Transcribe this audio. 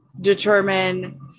determine